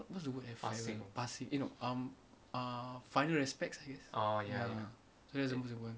what's the word eh passing eh no um ah final respects I guess ya so that's the most important